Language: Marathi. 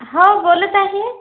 हां बोलत आहे